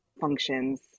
functions